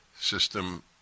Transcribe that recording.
system